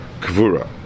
Kvura